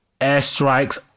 airstrikes